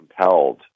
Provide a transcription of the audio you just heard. compelled